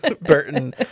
Burton